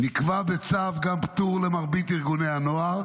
גם פטור למרבית ארגוני הנוער.